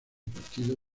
partido